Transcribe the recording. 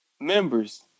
members